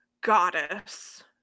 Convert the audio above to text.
goddess